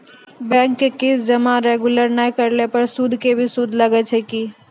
Bank के किस्त जमा रेगुलर नै करला पर सुद के भी सुद लागै छै कि?